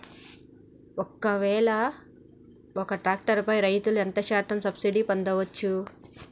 ఒక్కవేల ఒక్క ట్రాక్టర్ పై రైతులు ఎంత శాతం సబ్సిడీ పొందచ్చు?